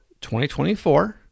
2024